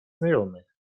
znajomych